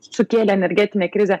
sukėlė energetinę krizę